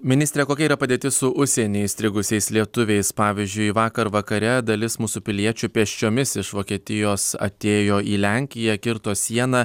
ministre kokia yra padėtis su užsieny įstrigusiais lietuviais pavyzdžiui vakar vakare dalis mūsų piliečių pėsčiomis iš vokietijos atėjo į lenkiją kirto sieną